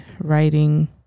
writing